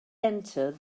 enter